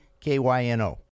KYNO